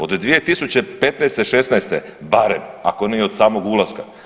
Od 2015., 2016. barem ako ne od samog ulaska.